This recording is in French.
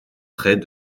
près